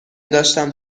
داشتم